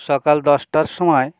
সকাল দশটার সময়